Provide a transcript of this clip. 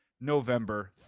November